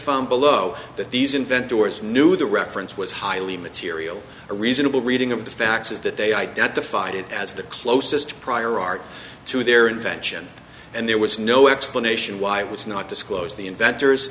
found below that these invent doors knew the reference was highly material a reasonable reading of the facts is that they identified it as the closest prior art to their invention and there was no explanation why it was not disclosed the inventor